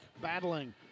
battling